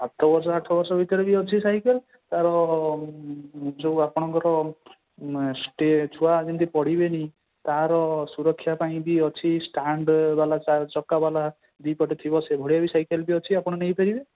ସାତ ବର୍ଷ ଆଠ ବର୍ଷ ଭିତରେ ବି ଅଛି ସାଇକେଲ ତା'ର ଯେଉଁ ଆପଣଙ୍କର ଛୁଆ ଯେମିତି ପଡ଼ିବେନି ତା'ର ସୁରକ୍ଷା ପାଇଁ ବି ଅଛି ଷ୍ଟାଣ୍ଡବାଲା ତା ଚକାବାଲା ଦୁଇ ପଟେ ଥିବ ସେଇଭଳିଆ ବି ସାଇକେଲ ଅଛି ଆପଣ ନେଇପାରିବେ